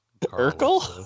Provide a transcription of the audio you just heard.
Urkel